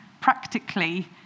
practically